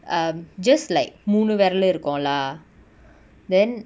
um just like மூனு வெரலு இருக்கு:moonu veralu iruku lah then